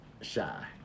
shy